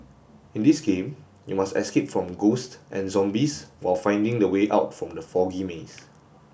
in this game you must escape from ghosts and zombies while finding the way out from the foggy maze